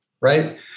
right